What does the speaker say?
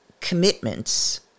commitments